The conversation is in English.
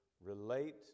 relate